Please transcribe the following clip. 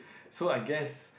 so I guess